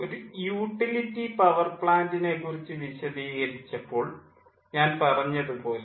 ഒരു utility power പ്ലാൻ്റിനെ Utility Power Plant കുറിച്ച് വിശദീകരിച്ചപ്പോൾ ഞാൻ പറഞ്ഞതു പോലെ